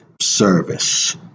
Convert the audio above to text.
service